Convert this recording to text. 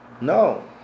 No